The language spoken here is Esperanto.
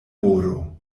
moro